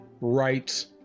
rights